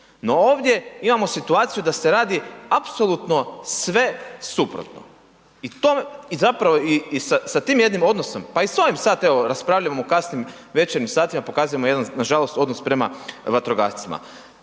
No ovdje imamo situaciju da se radi apsolutno sve suprotno. I zapravo i sa tim jednim odnosom, pa i sa ovim sad evo, raspravljamo u kasnim večernjim satima, pokazujemo jedan nažalost odnos prema vatrogascima.